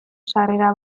sarrera